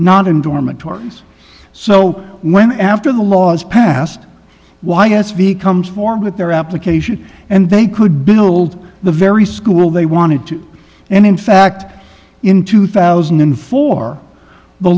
not in dormitories so when after the laws passed why yes v comes form with their application and they could build the very school they wanted to and in fact in two thousand and four the